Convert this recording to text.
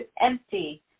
empty